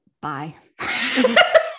Bye